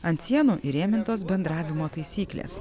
ant sienų įrėmintos bendravimo taisyklės